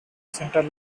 center